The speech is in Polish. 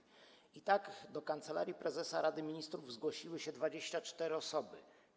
I tak do Kancelarii Prezesa Rady Ministrów zgłosiły się 24 osoby.